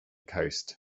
coast